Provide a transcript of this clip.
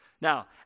Now